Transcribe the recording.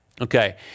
Okay